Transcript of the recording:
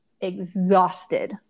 exhausted